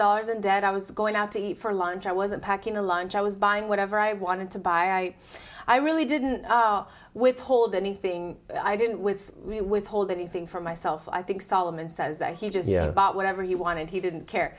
dollars in debt i was going out to eat for lunch i wasn't packing a lunch i was buying whatever i wanted to buy i really didn't withhold anything i didn't with withhold anything for myself i think solomon says that he just bought whatever he wanted he didn't care